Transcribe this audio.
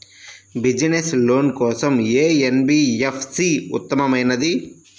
Business loan కోసం ఏ NBFC ఉత్తమమైనది?